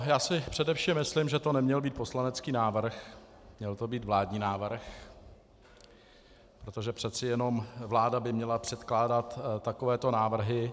Já si především myslím, že to neměl být poslanecký návrh, měl to být vládní návrh, protože přece jenom vláda by měla předkládat takovéto návrhy.